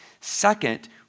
Second